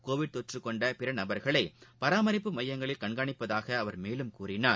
Covid தொற்று கொண்ட பிற நபர்களை பராமரிப்பு மையங்களில் கண்காணிப்பதாக அவர் மேலும் கூறினார்